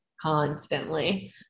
constantly